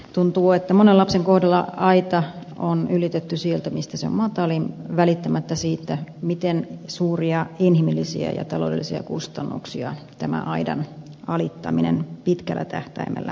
tuntuu että monen lapsen kohdalla aita on ylitetty sieltä missä se on matalin välittämättä siitä miten suuria inhimillisiä ja taloudellisia kustannuksia tämä aidan alittaminen pitkällä tähtäimellä tarkoittaa